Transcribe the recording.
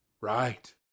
Right